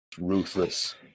Ruthless